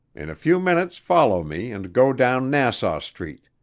in a few minutes follow me and go down nassau street.